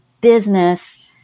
business